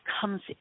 comes